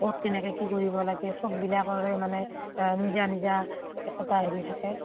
ক'ত কেনেকৈ কি কৰিব লাগে চববিলাকৰে মানে নিজা নিজা একোটা হেৰি থাকে